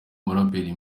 umuraperi